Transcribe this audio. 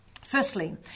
Firstly